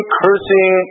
cursing